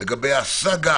לגבי הסאגה